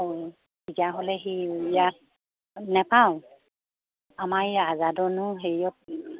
অঁ তেতিয়াহ'লে সেই ইয়াত নোপাওঁ আমাৰ এই আজাদৰনো হেৰিয়ত